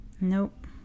nope